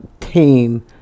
team